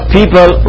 people